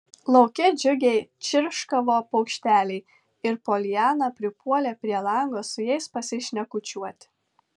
lauke džiugiai čirškavo paukšteliai ir poliana pripuolė prie lango su jais pasišnekučiuoti